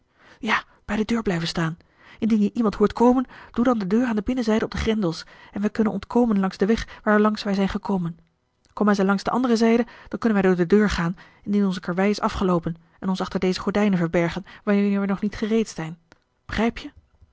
ja bij de deur blijven staan indien je iemand hoort komen doe dan de deur aan de binnenzijde op de grendels en wij kunnen ontkomen langs den weg waarlangs wij zijn gekomen komen zij langs de andere zijde dan kunnen wij door de deur gaan indien onze karwei is afgeloopen en ons achter deze gordijnen verbergen wanneer wij nog niet gereed zijn begrijp je